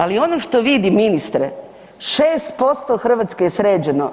Ali ono što vidim ministre 6% Hrvatske je sređeno.